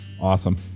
Awesome